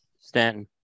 Stanton